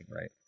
right